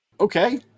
Okay